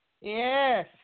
Yes